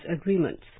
agreements